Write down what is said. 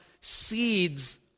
seeds